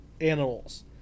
animals